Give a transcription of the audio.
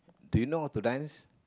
do you know how to dance